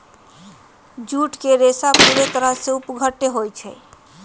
jute के रेशा पूरे तरह से अपघट्य होई छई